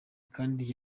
kandi